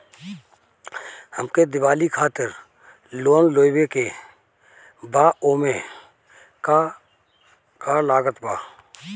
हमके दिवाली खातिर लोन लेवे के बा ओमे का का लागत बा?